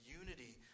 unity